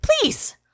please